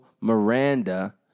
Miranda